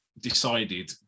decided